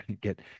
get